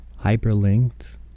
hyperlinked